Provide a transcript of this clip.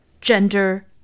gender